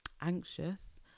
anxious